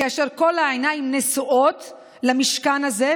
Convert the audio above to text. כאשר כל העיניים נשואות למשכן הזה,